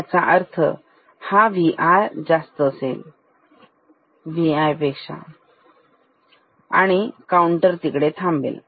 याचा अर्थ हा Vr जास्त असेल Vi पेक्षा आणि काउंटर तिकडे थांबेल